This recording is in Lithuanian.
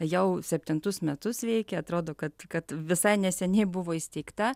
jau septintus metus veikia atrodo kad kad visai neseniai buvo įsteigta